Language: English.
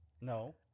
No